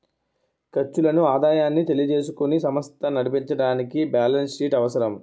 ఖర్చులను ఆదాయాన్ని తెలియజేసుకుని సమస్త నడిపించడానికి బ్యాలెన్స్ షీట్ అవసరం